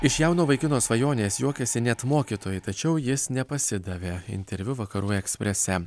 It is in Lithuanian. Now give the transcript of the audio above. iš jauno vaikino svajonės juokiasi net mokytojai tačiau jis nepasidavė interviu vakarų eksprese